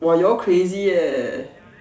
!wah! y'all crazy eh